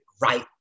right